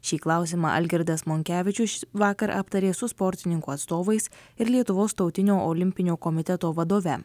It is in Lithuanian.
šį klausimą algirdas monkevičius vakar aptarė su sportininkų atstovais ir lietuvos tautinio olimpinio komiteto vadove